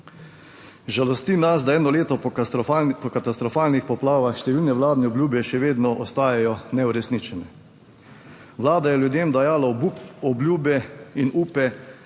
Žalosti nas, da eno leto po katastrofalnih poplavah številne vladne obljube še vedno ostajajo neuresničene. Vlada je ljudem dajala obljube in upe,